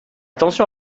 tension